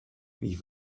wie